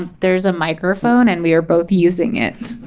ah there's a microphone and we are both using it.